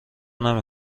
نمی